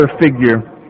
figure